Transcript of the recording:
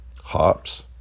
hops